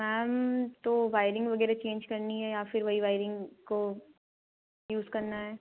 ma'am तो wiring वगैरह change करनी है या फिर वही वाइरिंग को यूज़ करना है